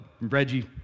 Reggie